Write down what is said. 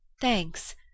thanks